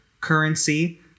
currency